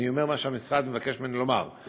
אני אומר מה שהמשרד מבקש ממני לומר,